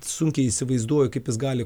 bet sunkiai įsivaizduoju kaip jis gali